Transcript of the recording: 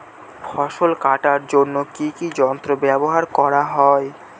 ফসল কাটার জন্য কি কি যন্ত্র ব্যাবহার করা হয়?